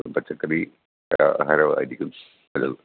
അപ്പം പച്ചക്കറി ആഹരമായിരിക്കും നല്ലത്